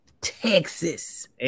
Texas